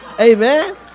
Amen